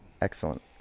excellent